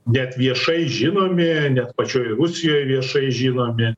net viešai žinomi net pačioj rusijoj viešai žinomi